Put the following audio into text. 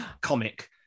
comic